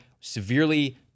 severely